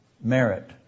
Merit